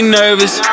nervous